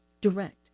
direct